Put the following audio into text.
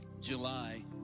July